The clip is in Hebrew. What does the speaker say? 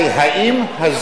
האם הזכות,